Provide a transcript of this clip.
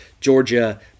Georgia